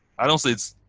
i don't say it's